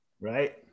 Right